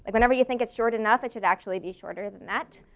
and whenever you think it's short enough it should actually be shorter than that.